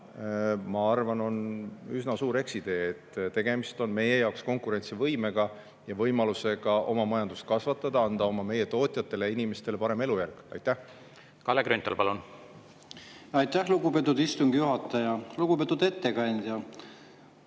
ma arvan, on üsna suur eksitee. Tegemist on meie jaoks konkurentsivõime küsimusega ja võimalusega oma majandust kasvatada, tagada meie tootjatele ja inimestele parem elujärg. Kalle Grünthal, palun! Aitäh, lugupeetud istungi juhataja! Lugupeetud ettekandja!